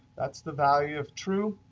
that's the value of true.